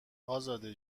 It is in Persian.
ازاده